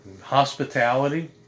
hospitality